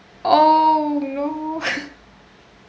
oh no